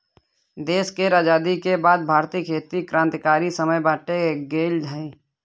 देश केर आजादी के बाद भारतीय खेती क्रांतिकारी समय बाटे गेलइ हँ